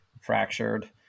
fractured